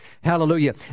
Hallelujah